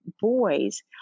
boys